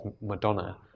Madonna